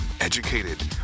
educated